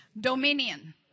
Dominion